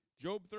Job